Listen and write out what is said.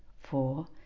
four